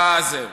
אבל